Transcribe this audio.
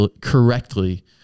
Correctly